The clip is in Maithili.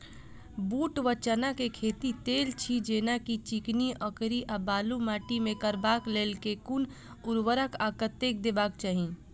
बूट वा चना केँ खेती, तेल छी जेना की चिकनी, अंकरी आ बालू माटि मे करबाक लेल केँ कुन उर्वरक आ कतेक देबाक चाहि?